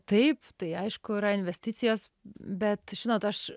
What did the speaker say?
taip tai aišku yra investicijos bet žinot aš